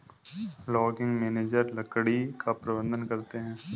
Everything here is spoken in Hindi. लॉगिंग मैनेजर लकड़ी का प्रबंधन करते है